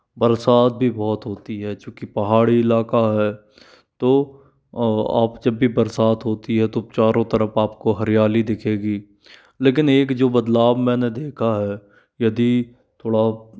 बरसात भी बहुत होती है चूँकि पहाड़ी इलाका है तो आप जब भी बरसात होती है तो चारों तरफ आप को हरियाली दिखेगी लेकिन एक जो बदलाव मैंने देखा है यदि थोड़ा